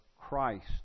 Christ